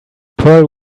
pearl